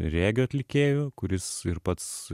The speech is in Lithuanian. regio atlikėjų kuris ir pats